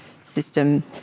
system